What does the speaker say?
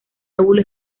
lóbulo